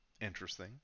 Interesting